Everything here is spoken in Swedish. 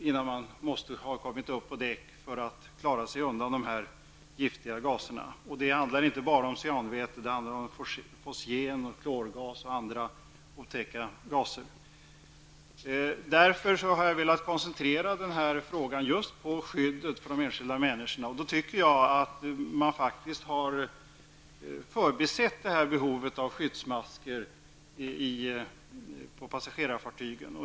Inom den tiden måste man ha kommit upp på däck för att klara sig undan dessa giftiga gaser. Det handlar inte bara om cyanväte -- det handlar om fosgen, klorgas och andra otäcka gaser. Därför har jag velat koncentrera min interpellation på skyddet av de enskilda människorna. Jag tycker att man faktiskt har förbisett behovet av skyddsmasker på passagerarfartyg.